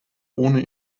ohne